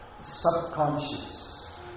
subconscious